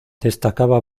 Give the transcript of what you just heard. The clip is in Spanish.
destacaba